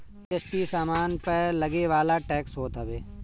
GST सामान पअ लगेवाला टेक्स होत हवे